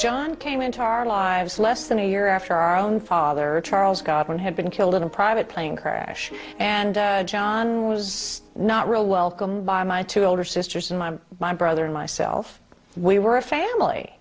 john came into our lives less than a year after our own father charles godwin had been killed in a private plane crash and john was not really welcomed by my two older sisters and i my brother and myself we were a family